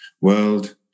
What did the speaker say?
world